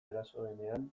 erosoenean